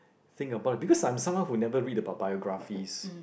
think about because I'm someone who never read about biographies